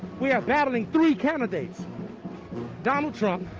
we are battling three candidates donald trump,